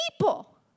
people